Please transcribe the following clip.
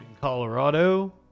Colorado